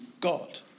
God